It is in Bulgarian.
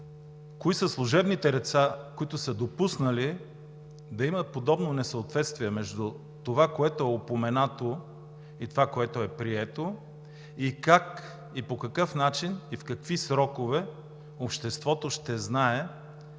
Кои са служебните лица, които са допуснали да има подобно несъответствие между това, което е упоменато, и това, което е прието? Как и по какъв начин и в какви срокове обществото ще знае